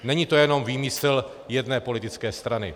Není to jenom výmysl jedné politické strany.